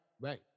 right